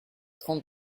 trente